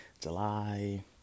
July